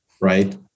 right